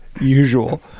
usual